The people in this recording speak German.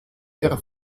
der